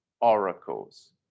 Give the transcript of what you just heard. oracles